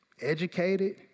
Educated